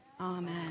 Amen